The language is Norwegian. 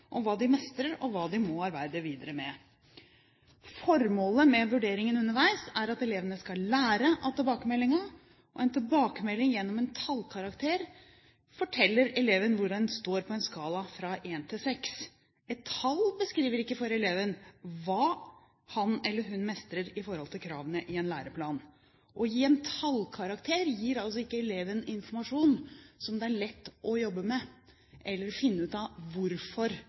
hva de mestrer, og hva de må arbeide videre med. Formålet med vurderingen underveis er at elevene skal lære av tilbakemeldingen. En tilbakemelding gjennom en tallkarakter forteller eleven hvor han står på en skala fra en til seks. Et tall beskriver ikke for eleven hva han eller hun mestrer i forhold til kravene i en læreplan. Å gi en tallkarakter gir altså ikke eleven informasjon som det er lett å jobbe med, eller hjelp til å finne ut hvorfor